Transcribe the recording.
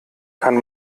kann